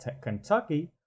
Kentucky